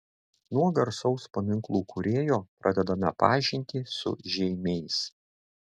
nuo garsaus paminklų kūrėjo pradedame pažintį su žeimiais